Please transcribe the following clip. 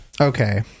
okay